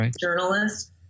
journalist